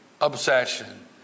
obsession